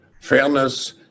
fairness